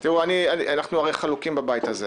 אנחנו הרי חלוקים בבית הזה.